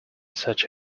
such